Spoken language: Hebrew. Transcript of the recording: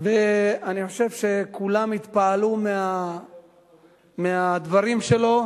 ואני חושב שכולם התפעלו מהדברים שלו,